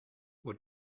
what